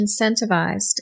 incentivized